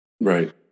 Right